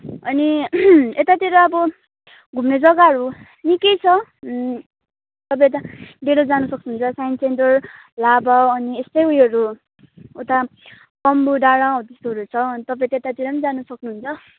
अनि यतातिर अब घुम्ने जग्गाहरू निकै छ अब यता डेलो जान सक्नुहुन्छ साइन्स सेन्टर लाभा अनि यस्तै ऊ योहरू उता तम्बू डाँडा हो त्यस्तोहरू छ अनि तपाईँ त्यतातिर नि जान सक्नुहुन्छ